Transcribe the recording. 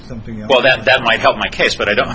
something about that that might help my case but i don't